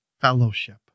fellowship